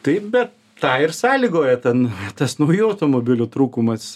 taip bet tą ir sąlygoja ten tas naujų automobilių trūkumas